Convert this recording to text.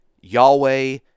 Yahweh